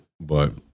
but-